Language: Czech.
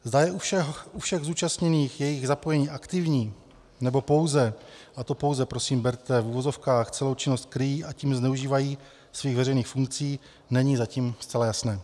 Zda je u všech zúčastněných jejich zapojení aktivní, nebo pouze a to pouze prosím berte v uvozovkách celou činnost, a tím zneužívají svých veřejných funkcí, není zatím zcela jasné.